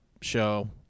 show